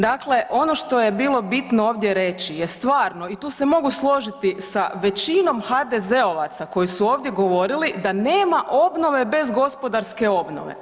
Dakle, ono što je bilo bitno ovdje reći je stvarno i tu se mogu složiti sa većinom HDZ-ovaca koji su ovdje govorili da nema obnove bez gospodarske obnove.